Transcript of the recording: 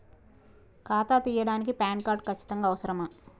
ఖాతా తీయడానికి PAN card ఖచ్చితంగా అవసరమా?